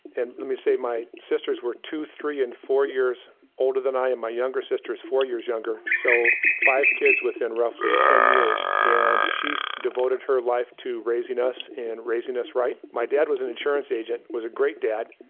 and let me say my sisters were two, three, and four years older than i, and my younger sister is four years younger, so five kids within roughly ten years, and she's devoted her life to raising us and raising us, right. my dad was an insurance agent, was a great dad.